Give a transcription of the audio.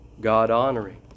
God-honoring